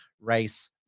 race